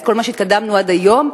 אז כל מה שהתקדמנו עד היום,